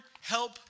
help